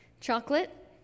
chocolate